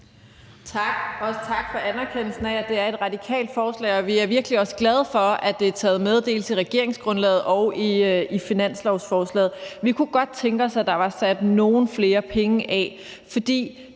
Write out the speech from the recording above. Tak for anerkendelsen af, at det er et radikalt forslag, og vi er virkelig også glade for, at det er taget med, dels i regeringsgrundlaget, dels i finanslovsforslaget. Vi kunne godt tænke os, at der var sat nogle flere penge af.